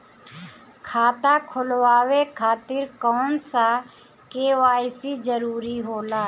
खाता खोलवाये खातिर कौन सा के.वाइ.सी जरूरी होला?